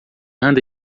anda